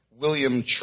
William